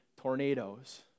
tornadoes